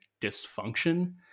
dysfunction